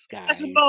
guys